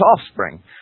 offspring